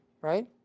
right